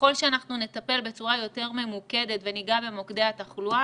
ככל שאנחנו נטפל בצורה יותר ממוקדת וניגע במוקדי התחלואה